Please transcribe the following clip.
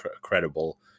credible